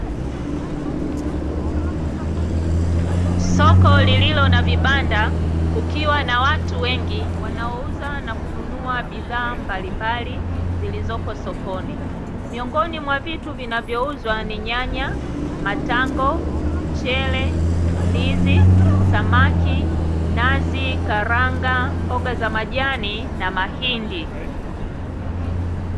Soko lililo na vibanda kukiwa na watu wengi wanaouza na kununua bidhaa mbalimbali zilizopo sokoni. Miongoni mwa vitu vinavyouzwa ni: nyanya, matango, mchele, ndizi, samaki, nazi, karanga, mboga za majani na mahindi.